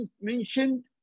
mentioned